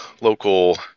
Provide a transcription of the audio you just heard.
local